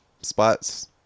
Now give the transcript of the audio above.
spots